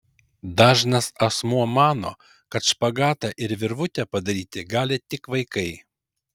dažnas asmuo mano kad špagatą ir virvutę padaryti gali tik vaikai